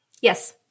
Yes